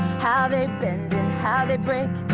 how they bend and how they break!